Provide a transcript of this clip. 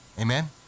amen